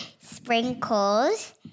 sprinkles